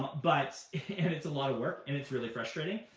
but and it's a lot of work and it's really frustrating.